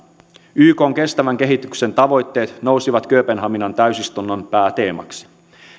ykn kestävän kehityksen tavoitteet nousivat kööpenhaminan täysistunnon pääteemaksi